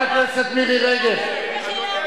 אבל זה כבר ראש הממשלה שאמר לפני הבחירות,